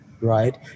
right